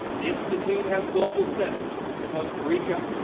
the institute has global centers in costa rica,